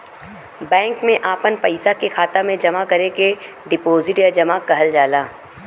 bank मे आपन पइसा के खाता मे जमा करे के डीपोसिट या जमा कहल जाला